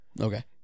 Okay